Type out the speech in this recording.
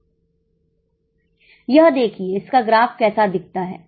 यह देखिए इसका ग्राफ कैसा दिखता है